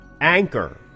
Anchor